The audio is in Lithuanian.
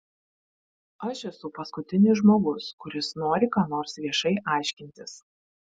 aš esu paskutinis žmogus kuris nori ką nors viešai aiškintis